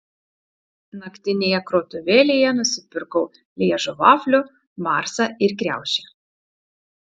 naktinėje krautuvėlėje nusipirkau lježo vaflių marsą ir kriaušę